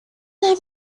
have